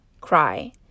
cry